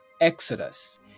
Exodus